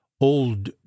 old